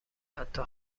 حتی